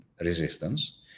resistance